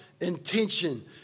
intention